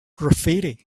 graffiti